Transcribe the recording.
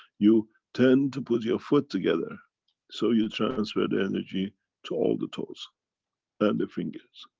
you tend to put your foot together so, you transfer the energy to all the toes and the fingers.